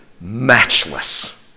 matchless